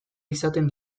izaten